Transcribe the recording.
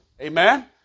Amen